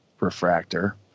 refractor